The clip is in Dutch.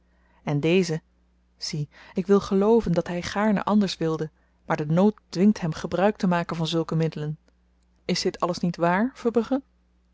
en deze zie ik wil gelooven dat hy gaarne anders wilde maar de nood dwingt hem gebruik te maken van zulke middelen is dit alles niet waar verbrugge